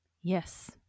yes